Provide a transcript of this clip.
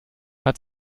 hat